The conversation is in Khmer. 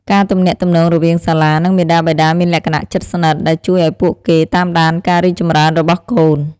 រីឯចំនួនសិស្សក្នុងមួយថ្នាក់នៅសាលាឯកជនជាទូទៅមានតិចជាងសាលារដ្ឋ។